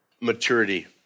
maturity